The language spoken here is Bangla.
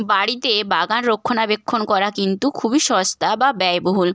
বাড়িতে বাগান রক্ষণাবেক্ষণ করা কিন্তু খুবই সস্তা বা ব্যয়বহুল